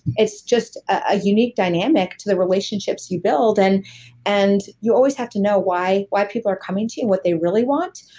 it's just a unique dynamic to the relationships you build and and you always have to know why why people are coming to you and what they really want.